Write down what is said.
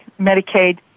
Medicaid